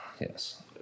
Yes